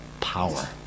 power